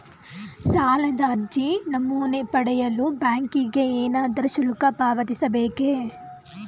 ಸಾಲದ ಅರ್ಜಿ ನಮೂನೆ ಪಡೆಯಲು ಬ್ಯಾಂಕಿಗೆ ಏನಾದರೂ ಶುಲ್ಕ ಪಾವತಿಸಬೇಕೇ?